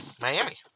Miami